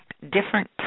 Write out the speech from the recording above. different